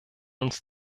uns